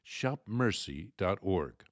shopmercy.org